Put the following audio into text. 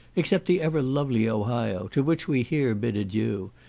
except the ever lovely ohio, to which we here bid adieu,